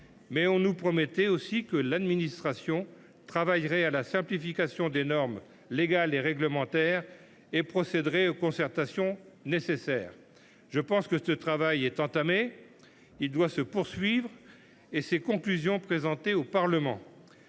nous a aussi promis que l’administration travaillerait à la simplification des normes légales et réglementaires et procéderait aux concertations nécessaires. Je pense que ce travail a été entamé, il doit se poursuivre. Les conclusions devront être présentées au Parlement.